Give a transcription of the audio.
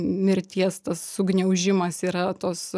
mirties sugniaužimas yra tos